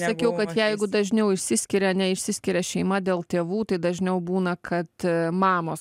sakiau kad jeigu dažniau išsiskiria ane išsiskiria šeima dėl tėvų tai dažniau būna kad mamos